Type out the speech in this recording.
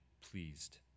pleased